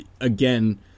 again